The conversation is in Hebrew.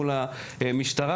מול המשטרה.